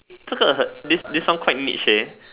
这个很 this this song quite niche eh